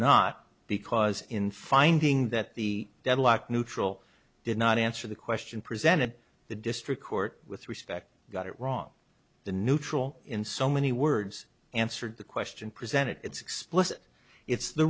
not because in finding that the deadlock neutral did not answer the question presented the district court with respect got it wrong the neutral in so many words answered the question presented its explicit it's the